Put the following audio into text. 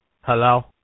Hello